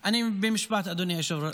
במשפט, אדוני היושב-ראש.